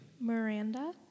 Miranda